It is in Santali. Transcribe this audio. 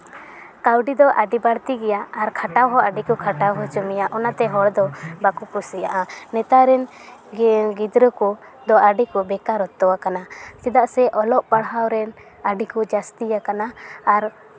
ᱠᱟᱹᱣᱰᱤ ᱫᱚ ᱟᱹᱰᱤ ᱵᱟᱹᱲᱛᱤ ᱜᱮᱭᱟ ᱟᱨ ᱠᱷᱟᱴᱟᱣ ᱦᱚᱸ ᱟᱹᱰᱤ ᱠᱚ ᱠᱷᱟᱴᱟᱣ ᱦᱚᱪᱚ ᱢᱮᱭᱟ ᱚᱱᱟᱛᱮ ᱦᱚᱲ ᱫᱚ ᱵᱟᱠᱚ ᱠᱩᱥᱤᱭᱟᱜᱼᱟ ᱱᱮᱛᱟᱨ ᱨᱮᱱ ᱜᱤᱫᱽᱨᱟᱹ ᱠᱚ ᱫᱚ ᱟᱹᱰᱤ ᱠᱚ ᱵᱮᱠᱟᱨᱚᱛᱛᱚᱣ ᱠᱟᱱᱟ ᱪᱮᱫᱟᱜ ᱥᱮ ᱚᱞᱚᱜ ᱯᱟᱲᱦᱟᱣ ᱨᱮᱱ ᱟᱹᱰᱤ ᱠᱚ ᱡᱟᱹᱥᱛᱤᱣᱟᱠᱟᱱᱟ ᱟᱨ